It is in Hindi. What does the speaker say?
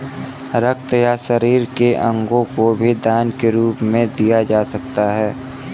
रक्त या शरीर के अंगों को भी दान के रूप में दिया जा सकता है